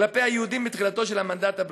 כלפי היהודים בתחילתו של המנדט הבריטי.